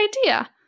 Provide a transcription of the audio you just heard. idea